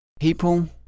People